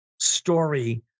story